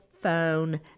phone